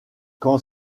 quand